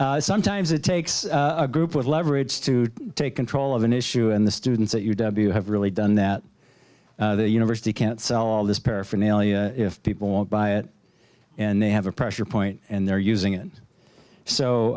all sometimes it takes a group of leverage to take control of an issue and the students at u w have really done that the university can't sell all this paraphernalia if people won't buy it and they have a pressure point and they're using it so